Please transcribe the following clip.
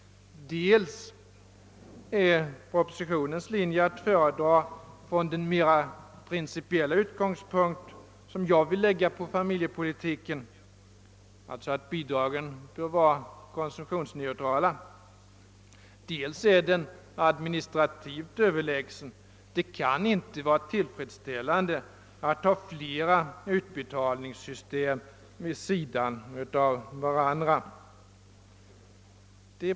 Dels är propositionens linje att föredra från den mer principiella utgångspunkt som jag har beträffande familjepolitiken, alltså att bidragen bör vara konsumtionsneutrala, dels är den administrativt överlägsen. Det kan inte vara tillfredsställande att ha flera utbetalningssystem vid sidan av varandra.